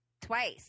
twice